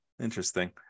interesting